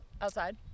Outside